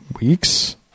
weeks